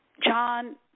John